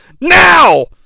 Now